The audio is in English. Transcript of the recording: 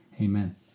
Amen